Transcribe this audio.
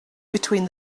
between